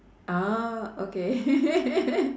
ah okay